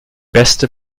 beste